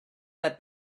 that